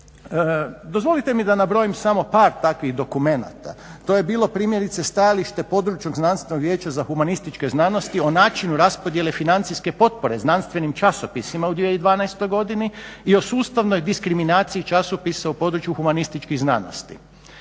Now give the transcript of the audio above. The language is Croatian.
Dozvolite mi da na brojim samo par takvih dokumenata, to je bilo primjerice, stajalište područnog znanstvenog vijeća za humanističke znanosti o načinu raspodjele financijske potpore znanstvenim časopisima u 2012.godini i o sustavnoj diskriminaciji časopisa u području Humanističkih znanosti.